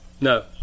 No